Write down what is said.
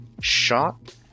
shot